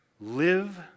live